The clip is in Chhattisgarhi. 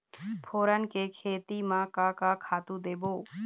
फोरन के खेती म का का खातू देबो?